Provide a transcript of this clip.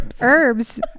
Herbs